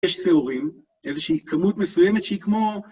יש שעורים, איזושהי כמות מסוימת שהיא כמו...